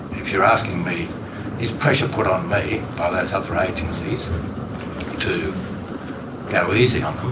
if you are asking me is pressure put on me by those other agencies to go easy on them,